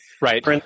Right